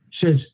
says